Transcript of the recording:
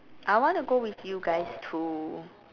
I wanna go with you guys too